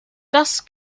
das